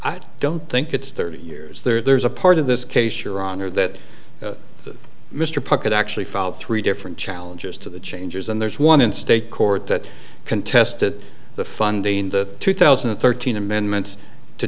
i don't think it's thirty years there's a part of this case your honor that mr puckett actually filed three different challenges to the changes and there's one in state court that contested the funding in the two thousand and thirteen amendments to